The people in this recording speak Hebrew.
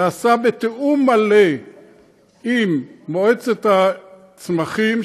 נעשה בתיאום מלא עם מועצת הצמחים,